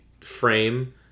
frame